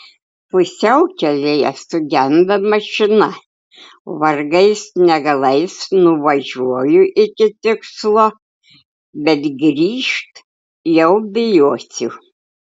pusiaukelėje sugenda mašina vargais negalais nuvažiuoju iki tikslo bet grįžt jau bijosiu